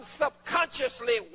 subconsciously